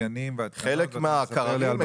מזגנים --- חלק מהקררים הם בדיוק אותו קרר.